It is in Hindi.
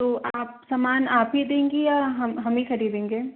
तो आप सामान आप ही देंगे या हम हम ही ख़रीदेंगे